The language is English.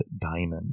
diamond